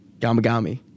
Gamagami